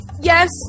Yes